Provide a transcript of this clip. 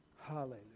Hallelujah